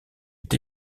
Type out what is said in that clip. est